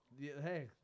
Hey